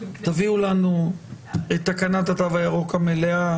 תביאו לנו את תקנות התו הירוק המלאות,